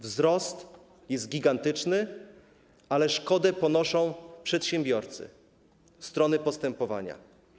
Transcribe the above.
Wzrost jest gigantyczny, ale szkodę ponoszą przedsiębiorcy, strony postępowania.